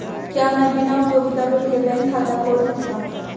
क्या मैं बिना उपयोगिता बिल के बैंक खाता खोल सकता हूँ?